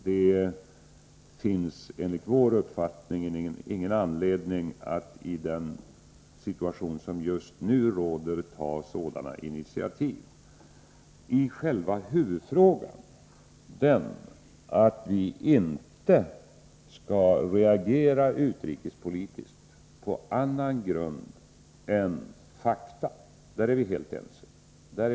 Det finns enligt vår uppfattning ingen anledning att just i denna situation ta sådana initiativ. I själva huvudfrågan, dvs. att vi inte skall reagera utrikespolitiskt på annan grund än fakta, är vi helt ense.